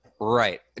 Right